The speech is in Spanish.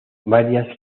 varias